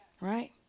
Right